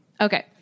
Okay